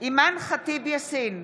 אימאן ח'טיב יאסין,